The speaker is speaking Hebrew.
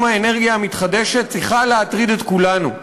האנרגיה המתחדשת צריכה להטריד את כולנו.